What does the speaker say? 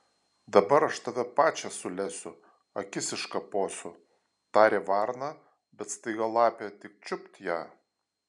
dabar aš tave pačią sulesiu akis iškaposiu tarė varna bet staiga lapė tik čiupt ją